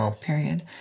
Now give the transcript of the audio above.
period